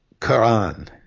Quran